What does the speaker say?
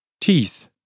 Teeth